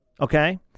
Okay